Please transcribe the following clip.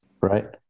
right